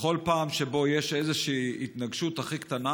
בכל פעם שיש איזושהי התנגשות הכי קטנה,